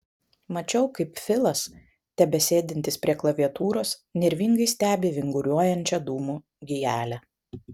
mačiau kaip filas tebesėdintis prie klaviatūros nervingai stebi vinguriuojančią dūmų gijelę